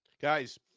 guys